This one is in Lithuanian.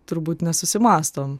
turbūt nesusimąstom